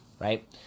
right